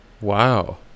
Wow